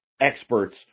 experts